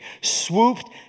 swooped